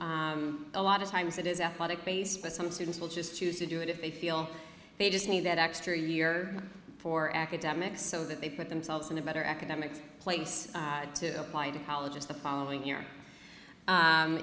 a lot of times it is athletic pace but some students will just choose to do it if they feel they just need that extra year for academics so that they put themselves in a better academics place to apply to colleges the following year